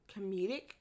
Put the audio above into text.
comedic